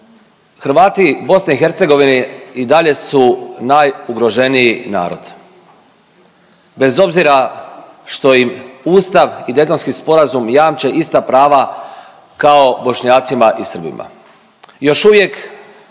Hrvati u BiH i dalje su najugroženiji narod, bez obzira što im Ustav i Daytonski sporazum jamče ista prava kao Bošnjacima i Srbima.